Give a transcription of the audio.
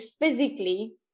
physically